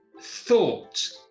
thought